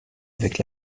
avec